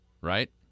Right